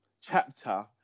chapter